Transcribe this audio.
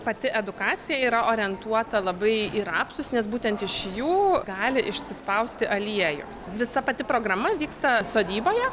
pati edukacija yra orientuota labai į rapsus nes būtent iš jų gali išsispausti aliejaus visa pati programa vyksta sodyboje